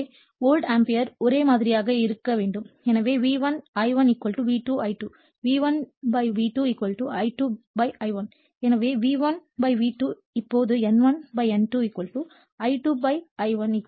எனவே volt ampere ஒரே மாதிரியாக இருக்க வேண்டும் எனவே V1 I1 V2 I2 V1 V2 I2 I1 எனவே V1 V2 இப்போது N1 N2 I2 I1